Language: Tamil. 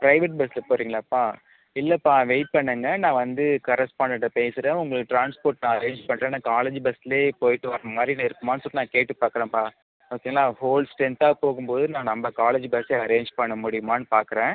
ப்ரைவேட் பஸ் போகிறிங்களாப்பா இல்லைப்பா வெயிட் பண்ணுங்க நான் வந்து கரஸ்பாண்டன்ட்கிட்ட பேசுகிறேன் உங்களுக்கு ட்ரான்ஸ்போர்ட் நான் அரேஞ்ச் பண்ணுறேன் நான் காலேஜ் பஸ்ஸில் போய்விட்டு வர மாதிரி இருக்குமான்னு சொல்லிட்டு நான் கேட்டு பார்க்குறப்பா ஓகேங்களா ஹோல் ஸ்ட்ரென்த்தாக போகும்போது நான் நம்ம காலேஜ் பஸ்ஸே அரேஞ்ச் பண்ண முடியுமான்னு பார்க்குறேன்